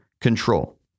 control